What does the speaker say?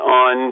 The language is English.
on